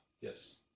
Yes